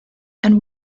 and